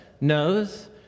knows